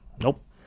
nope